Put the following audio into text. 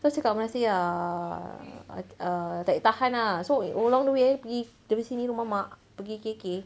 lepas tu cakap dengan abang nasir ah err tak boleh tahan ah so along the way pergi dari sini rumah mak pergi K_K